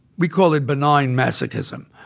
we call it benign masochism.